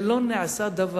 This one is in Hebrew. ולא קרה דבר.